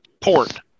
port